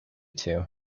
two